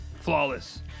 flawless